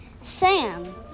Sam